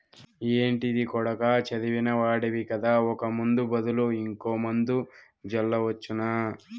ఏంటిది కొడకా చదివిన వాడివి కదా ఒక ముందు బదులు ఇంకో మందు జల్లవచ్చునా